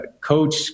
Coach